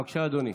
בבקשה, אדוני.